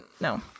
no